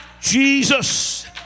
Jesus